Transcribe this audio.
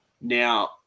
Now